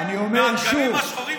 מהדגלים השחורים,